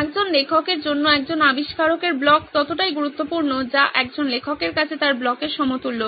একজন লেখকের জন্য একজন আবিষ্কারকের ব্লক ততটাই গুরুত্বপূর্ণ যা একজন লেখকের কাছে তার ব্লকের সমতুল্য